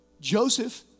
Joseph